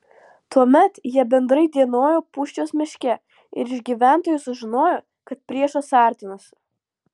tuomet jie bendrai dienojo pūščios miške ir iš gyventojų sužinojo kad priešas artinasi